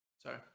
sorry